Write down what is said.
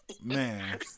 Man